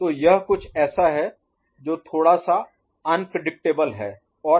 तो यह कुछ ऐसा है जो थोड़ा सा अनप्रेडिक्टेबल Unpredictable अप्रत्याशित है